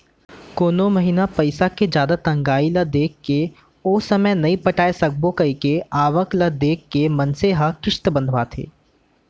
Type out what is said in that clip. कोनो महिना पइसा के जादा तंगई ल देखके ओ समे नइ पटाय सकबो कइके आवक ल देख के मनसे ह किस्ती बंधवाथे